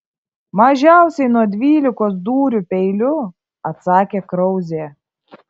mažiausiai nuo dvylikos dūrių peiliu atsakė krauzė